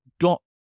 got